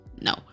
No